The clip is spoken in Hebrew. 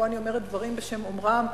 פה אני אומרת דברים בשם אומרם.